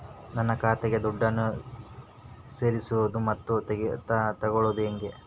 ನನ್ನ ಖಾತೆಗೆ ದುಡ್ಡನ್ನು ಸೇರಿಸೋದು ಮತ್ತೆ ತಗೊಳ್ಳೋದು ಹೇಗೆ?